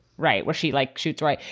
right where she, like, shoots. right.